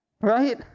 right